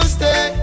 stay